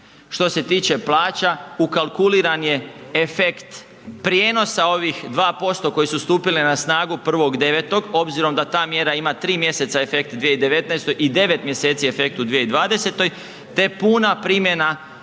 Što se tiče plaća, ukalkuliran je efekt prijenosa ovih 2% koji su stupili na snagu 1.9. obzirom da ta mjera ima 3 mj. efekt u 2019. i 9. mj. efekt u 2020. te puna primjena